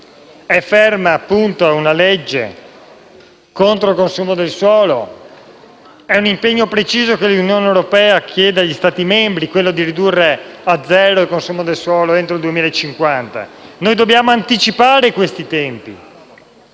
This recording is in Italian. È ferma, appunto, una legge contro il consumo del suolo. Un impegno preciso che l'Unione europea chiede agli Stati membri è ridurre a zero il consumo del suolo entro il 2050. Noi dobbiamo anticipare questi tempi.